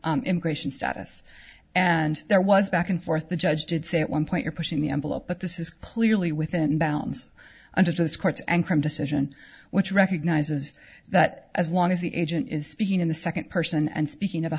immigration status and there was a back and forth the judge did say at one point you're pushing the envelope but this is clearly within bounds under this court's and crime decision which recognizes that as long as the agent is speaking in the second person and speaking of a